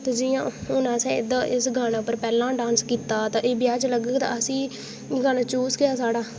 हू'न जि'यां इस गाने असें पैह्लें डांस कीता ते ब्याह् च लग्गग ते असें ई गाना चूज़ गै साढ़ा